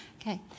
Okay